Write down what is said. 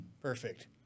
perfect